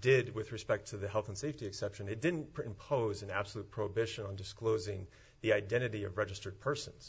did with respect to the health and safety exception it didn't impose an absolute prohibition on disclosing the identity of registered persons